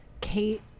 Kate